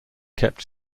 kept